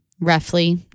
roughly